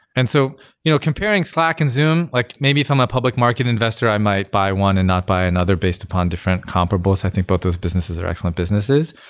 and so you know comparing slack and zoom, like maybe if i'm a public market investor, i might buy one and not buy another based upon different comparables. i think both those businesses are excellent businesses.